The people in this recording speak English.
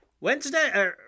wednesday